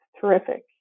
terrific